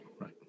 right